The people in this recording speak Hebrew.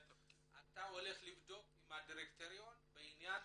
אתה הולך לבדוק עם הדירקטוריון בעניין